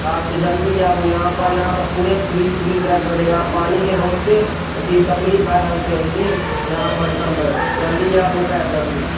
अच्छा जल्दी आबू यहाँ पर यहाँ पर पूरे पुलिस तुलिस आबि गेलहे पानिके बहुते अथि तकलीफ भऽ रहल छै कि यहाँ पर करबै जल्दी आबू काल्हि जल्दी